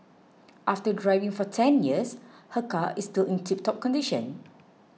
after driving for ten years her car is still in tiptop condition